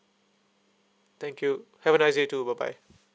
thank you have a nice day too bye bye